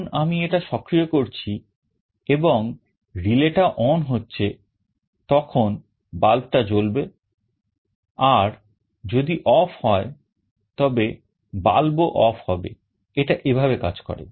যখন আমি এটা সক্রিয় করছি এবং relay টা on হচ্ছে তখন bulb টা জ্বলবে আর যদি off হয় তবে bulbও off হবে এটা এভাবে কাজ করে